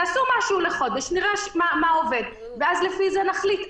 תעשו משהו לחודש, נראה מה עובד, ואז לפי זה נחליט.